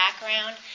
background